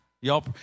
y'all